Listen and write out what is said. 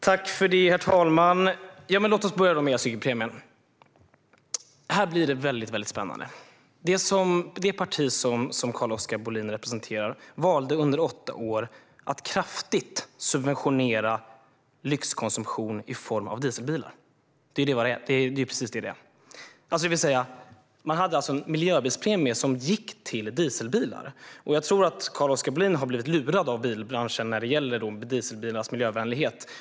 Herr talman! Låt oss börja med elcykelpremien. Här blir det väldigt spännande. Det parti som Carl-Oskar Bohlin representerar valde under åtta år att kraftigt subventionera lyxkonsumtion i form av dieselbilar. Det är precis vad det är. Man hade en miljöbilspremie som gick till dieselbilar. Jag tror att Carl-Oskar Bohlin har blivit lurad av bilbranschen när det gäller dieselbilarnas miljövänlighet.